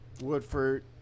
Woodford